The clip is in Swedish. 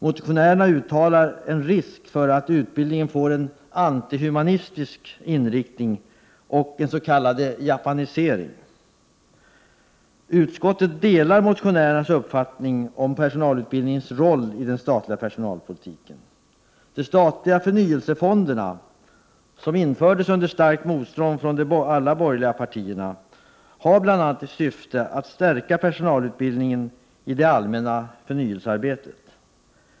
Motionärerna uttalar en risk för att utbildningen får en ”antihumanistisk” inriktning och en s.k. japanisering. Utskottet delar motionärernas uppfattning om personalutbildningens roll i den statliga personalpolitiken. De statliga förnyelsefonderna — som infördes under starkt motstånd från alla de borgerliga partierna — har bl.a. till syfte att stärka personalutbildningen i det allmänna förnyelsearbetet.